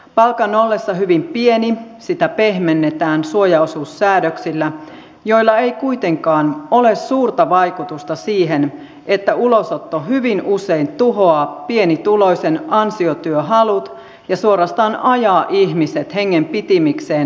palkan ollessa hyvin pieni sitä pehmennetään suojaosuussäädöksillä joilla ei kuitenkaan ole suurta vaikutusta siihen että ulosotto hyvin usein tuhoaa pienituloisen ansiotyöhalut ja suorastaan ajaa ihmiset hengenpitimikseen harmaille työmarkkinoille